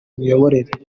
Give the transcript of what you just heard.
miyoborere